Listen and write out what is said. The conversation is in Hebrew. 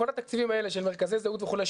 כל התקציבים האלה של מרכזי זהות וכולי,